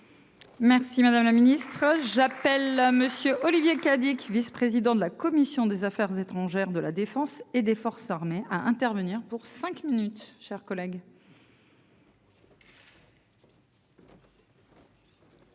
Merci madame la ministre, j'appelle là monsieur Olivier Cadic vice-président de la commission des affaires étrangères de la Défense et des forces armées à intervenir pour cinq minutes, chers collègues. Madame